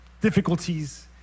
difficulties